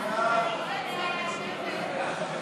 13 נתקבלו.